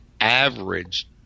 averaged